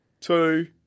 two